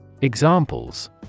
Examples